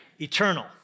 Eternal